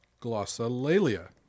Glossolalia